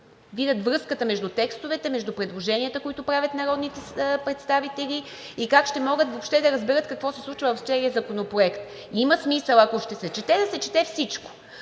видят връзката между текстовете, между предложенията, които правят народните представители, и как ще могат въобще да разберат какво се случва в целия законопроект? Има смисъл, ако ще се чете, да се чете всичко.